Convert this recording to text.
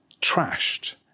trashed